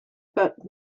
but